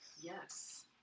Yes